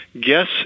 guess